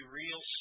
real